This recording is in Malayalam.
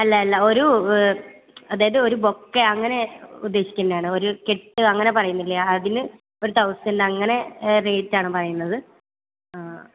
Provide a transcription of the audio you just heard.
അല്ല അല്ല ഒരു അതായത് ഒരു ബൊക്കെ അങ്ങനെ ഉദ്ദേശിക്കുന്നതാണോ ഒരു കെട്ട് അങ്ങനെ പറയുന്നില്ലേ അതിന് ഒരു തൗസൻഡ് അങ്ങനെ റേറ്റ് ആണ് പറയുന്നത് ആ